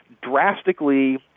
drastically